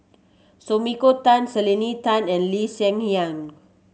Sumiko Tan Selena Tan and Lee Hsien Yang